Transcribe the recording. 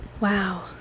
Wow